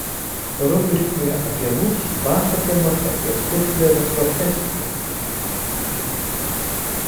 rubrikoje apie mus pasakojimas apie suflerio profesiją